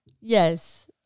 Yes